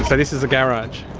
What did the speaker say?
so this is the garage.